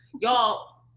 y'all